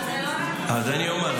אבל זה לא רק --- אז אני אומר.